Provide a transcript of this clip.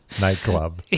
nightclub